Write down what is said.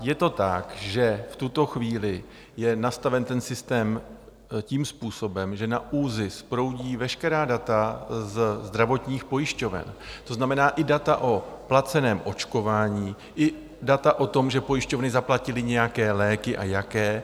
Je to tak, že v tuto chvíli je nastaven systém tím způsobem, že na ÚZIS proudí veškerá data ze zdravotních pojišťoven, to znamená, i data o placeném očkování, i data o tom, že pojišťovny zaplatily nějaké léky a jaké.